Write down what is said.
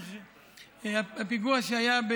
פיגוע שהיה,